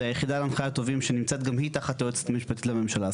זה היחידה להנחיית טובים שנמצאת גם היא תחת היועצת המשפטית לממשלה.